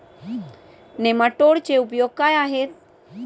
नेमाटोडचे उपयोग काय आहेत?